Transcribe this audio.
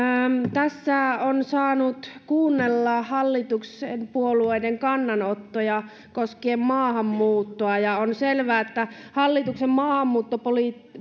tässä on saanut kuunnella hallituspuolueiden kannanottoja koskien maahanmuuttoa ja on selvää että hallituksen maahanmuuttopolitiikan